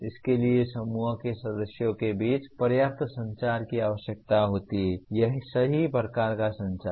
इसके लिए समूह के सदस्यों के बीच पर्याप्त संचार की आवश्यकता होती है सही प्रकार का संचार